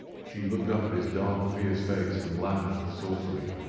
she looked up at his dark, fierce face, and laughed saucily.